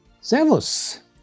Servus